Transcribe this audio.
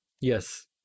Yes